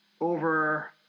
over